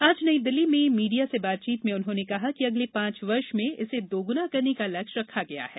आज नई दिल्ली में मीडिया से बातचीत में उन्होंने कहा कि अगले पांच वर्ष में इसे दोगुना करने का लक्ष्य रखा गया है